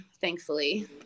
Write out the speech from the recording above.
Thankfully